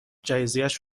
جهیزیهش